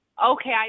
Okay